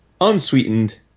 unsweetened